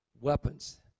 weapons